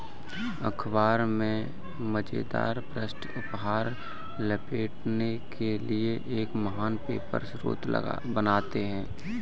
अख़बार में मज़ेदार पृष्ठ उपहार लपेटने के लिए एक महान पेपर स्रोत बनाते हैं